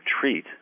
treat